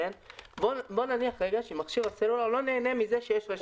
בואו נניח לרגע שמכשיר הסלולר לא נהנה מכך שיש תשתית.